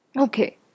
Okay